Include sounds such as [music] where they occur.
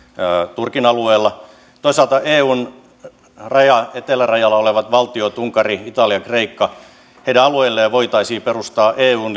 turkin alueella toisaalta eun etelärajalla olevien valtioiden unkarin italian kreikan alueille voitaisiin perustaa eun [unintelligible]